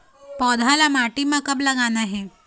पौधा ला माटी म कब लगाना हे?